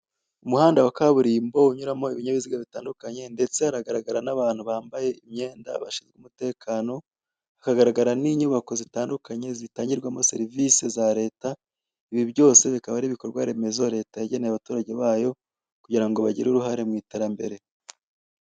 Umuhanda wa kaburimbo unyuramo ibinyabiziga bitandukanye ndetse haragaragara n'abantu bambaye imyenda bashinzwe umutekano hakagaragara n'inyubako zitandukanye zitangirwamo serivise za leta ibi byose bikaba ari ibikorwaremezo leta yageneye abaturage bayo kugirango bagire uruhare mw'iterambare.